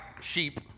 sheep